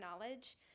knowledge